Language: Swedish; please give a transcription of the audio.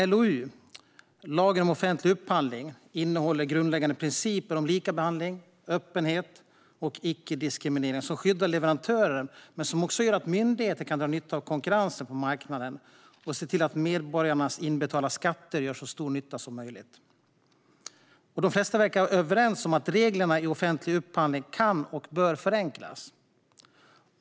LOU, lagen om offentlig upphandling, innehåller grundläggande principer om likabehandling, öppenhet och icke-diskriminering som skyddar leverantören, och den gör också att myndigheter kan dra nytta av konkurrensen på marknaden och se till att medborgarnas inbetalda skatter gör så stor nytta som möjligt. De flesta verkar vara överens om att reglerna i offentlig upphandling kan och bör förenklas.